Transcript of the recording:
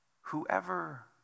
whoever